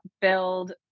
build